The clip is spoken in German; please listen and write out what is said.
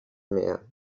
mehr